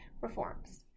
reforms